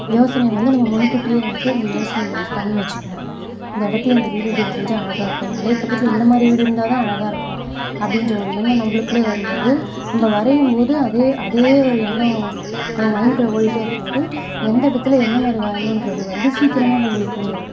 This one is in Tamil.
யோசனையை வந்து நம்ம முன்கூட்டியே வந்து அந்த யோசனை பண்ணி வச்சுக்கணும் இந்த இடத்துல இந்த வீடு இப்படி வரைஞ்சா அழகாக இருக்கும் மலை பக்கத்தில் இந்த மாதிரி வீடு இருந்தா தான் அழகாக இருக்கும் அப்படின்ற ஒரு எண்ணம் நம்மளுக்குள்ளே வரும் போது நம்ம வரையும் போது அதே அதே ஒரு எண்ணம் நம்ம மைண்ட்டுக்குள்ளே ஓடிகிட்டே இருக்கும் போது எந்த இடத்துல என்ன மாதிரி வரையணும்றது வந்து சீக்கிரமாக நம்மளுக்கு